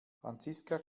franziska